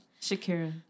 Shakira